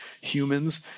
humans